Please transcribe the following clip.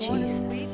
Jesus